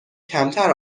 کمتر